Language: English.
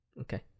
Okay